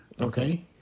Okay